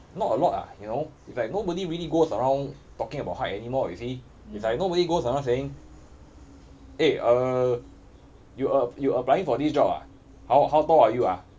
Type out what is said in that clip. not a lot ah you know like nobody really goes around talking about height anymore you see it's like nobody goes around saying eh uh you a~ you applying for this job ah how how tall are you ah